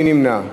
מי נמנע?